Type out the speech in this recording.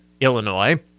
Illinois